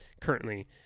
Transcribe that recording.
currently